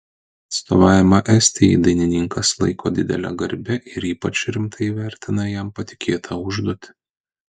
atstovavimą estijai dainininkas laiko didele garbe ir ypač rimtai vertina jam patikėtą užduotį